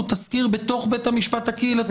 הוא תסקיר בתוך בית המשפט הקהילתי,